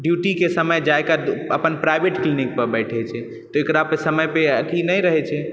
ड्युटीके समय जाइ कऽ अपन प्राइवेट क्लिनिकपर बैठै छै तऽ ओकरापर समयके अथी नहि रहै छै